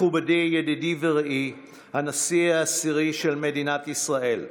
מכובדי, ידידי ורעי הנשיא העשירי של מדינת ישראל,